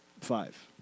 five